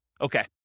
Okay